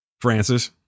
francis